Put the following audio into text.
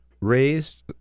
raised